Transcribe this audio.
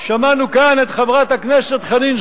שמענו כאן את חברת הכנסת חנין זועבי,